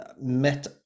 met